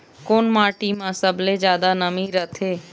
कोन माटी म सबले जादा नमी रथे?